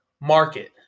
market